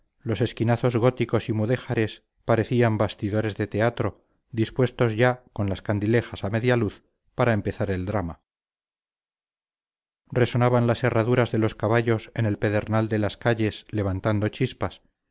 los esquinazos góticos y mudéjares parecían bastidores de teatro dispuestos ya con las candilejas a media luz para empezar el drama resonaban las herraduras de los caballos en el pedernal de las calles levantando chispas